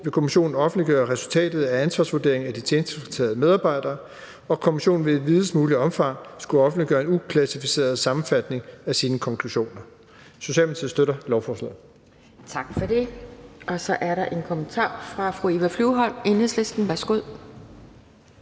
vil kommissionen offentliggøre resultatet af ansvarsvurderingen af de tjenestefritagede medarbejdere, og kommissionen vil i videst mulige omfang skulle offentliggøre en uklassificeret sammenfatning af sine konklusioner. Socialdemokratiet støtter lovforslaget. Kl. 16:51 Anden næstformand (Pia Kjærsgaard): Tak for det. Så er der en kommentar fra fru Eva Flyvholm, Enhedslisten. Værsgo.